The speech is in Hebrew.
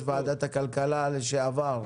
ברוך הבא ליושב ראש ועדת הכלכלה לשעבר,